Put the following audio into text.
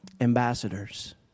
ambassadors